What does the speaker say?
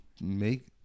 make –